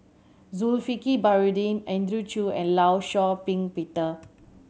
Zulkifli Baharudin Andrew Chew and Law Shau Ping Peter